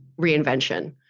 reinvention